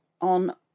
on